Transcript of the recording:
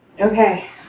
Okay